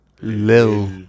Lil